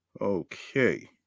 okay